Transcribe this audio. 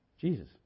Jesus